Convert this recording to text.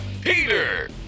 Peter